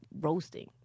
roasting